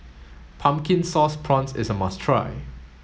pumpkin sauce prawns is must try